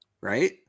right